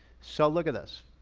so look at this.